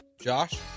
Josh